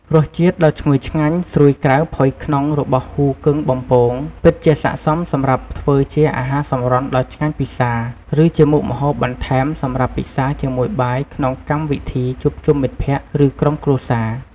រសជាតិដ៏ឈ្ងុយឆ្ងាញ់ ស្រួយក្រៅ ផុយក្នុង របស់ហ៊ូគឹងបំពង ពិតជាស័ក្តិសមសម្រាប់ធ្វើជាអាហារសម្រន់ដ៏ឆ្ងាញ់ពិសា ឬជាមុខម្ហូបបន្ថែមសម្រាប់ពិសាជាមួយបាយក្នុងកម្មវិធីជួបជុំមិត្តភក្តិ ឬក្រុមគ្រួសារ។